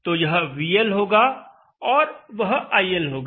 तो यह VL होगा और वह IL होगा